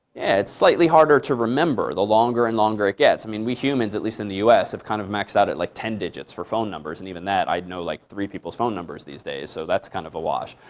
slightly harder to remember the longer and longer it gets. i mean we humans, at least in the us, have kind of maxed out at like ten digits for phone numbers. and even that, i know like three people's phone numbers these days. so that's kind of a wash.